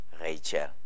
Rachel